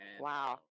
Wow